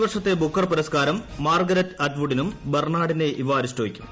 ഈ വർഷത്തെ ബുക്കർ പുരസ്ക്കാരം മാർഗരറ്റ് അറ്റ്വുഡിനും ന് ബർണാഡിനേ ഇവാരിസ്റ്റോയ്ക്കും